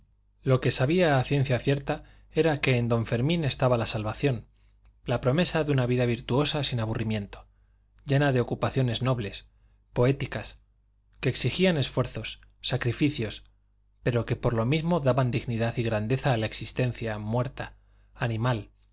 lo que sabía a ciencia cierta era que en don fermín estaba la salvación la promesa de una vida virtuosa sin aburrimiento llena de ocupaciones nobles poéticas que exigían esfuerzos sacrificios pero que por lo mismo daban dignidad y grandeza a la existencia muerta animal